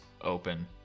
open